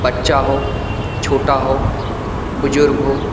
बच्चा हो छोटा हो बुजुर्ग हो